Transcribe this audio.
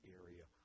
area